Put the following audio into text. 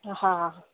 हा